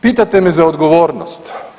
Pitate me za odgovornost.